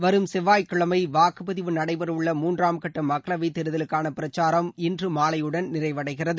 வரும் செவ்வாய்க்கிழமை வாக்குப்பதிவு நடைபெற உள்ள மூன்றாம் கட்ட மக்களவைத் தேர்தலுக்கான பிரச்சாரம் இன்று மாலையுடன் நிறைவடைகிறது